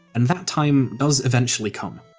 and that time does eventually come.